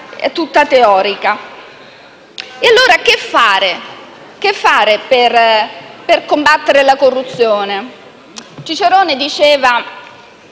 è tutta teorica. E allora che fare per combattere la corruzione? Cicerone diceva